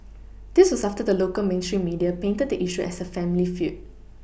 this was after the local mainstream media painted the issue as a family feud